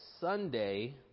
Sunday